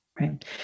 Right